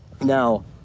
Now